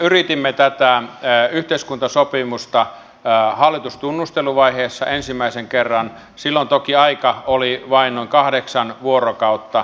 yritimme tätä yhteiskuntasopimusta hallitustunnusteluvaiheessa ensimmäisen kerran silloin toki aika oli vain noin kahdeksan vuorokautta